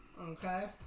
Okay